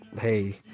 Hey